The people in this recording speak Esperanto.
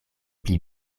pli